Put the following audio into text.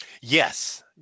Yes